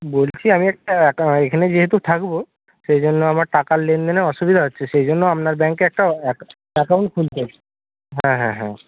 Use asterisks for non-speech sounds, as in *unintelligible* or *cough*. বলছি আমি একটা *unintelligible* এখানে যেহেতু থাকব সেইজন্য আমার টাকার লেনদেনের অসুবিধা হচ্ছে সেইজন্য আপনার ব্যাংকে একটা *unintelligible* অ্যাকাউন্ট খুলতে *unintelligible* হ্যাঁ হ্যাঁ হ্যাঁ